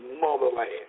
motherland